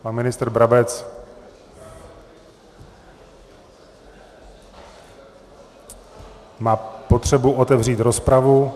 Pan ministr Brabec má potřebu otevřít rozpravu.